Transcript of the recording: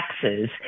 taxes